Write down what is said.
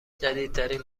جدیدترین